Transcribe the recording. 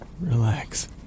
relax